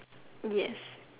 yes